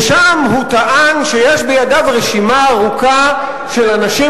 ושם הוא טען שיש בידיו רשימה ארוכה של אנשים